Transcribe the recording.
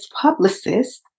publicist